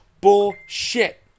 bullshit